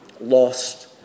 Lost